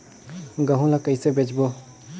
गहूं ला कइसे बेचबो?